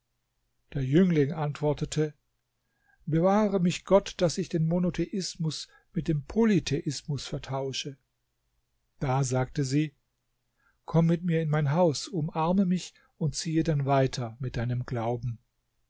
der jüngling antwortete bewahre mich gott daß ich den monotheismus mit dem polytheismus vertausche da sagte sie komm mit mir in mein haus umarme mich und ziehe dann weiter mit deinem glauben